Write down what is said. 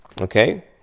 Okay